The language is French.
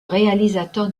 réalisateur